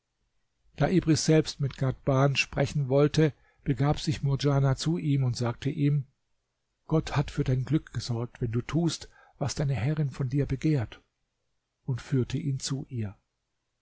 da ibris selbst mit ghadhban sprechen wollte begab sich murdjana zu ihm und sagte ihm gott hat für dein glück gesorgt wenn du tust was deine herrin von dir begehrt und führte ihn zu ihr